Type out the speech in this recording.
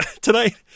tonight